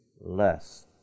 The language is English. less